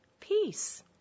Peace